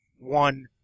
One